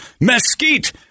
Mesquite